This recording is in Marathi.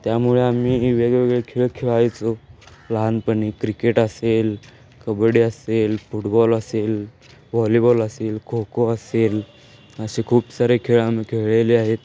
त्यामुळे आम्ही वेगवेगळे खेळ खेळायचो लहानपणी क्रिकेट असेल कबड्डी असेल फुटबॉल असेल व्हॉलीबॉल असेल खो खो असेल असे खूप सारे खेळ आम्ही खेळलेले आहेत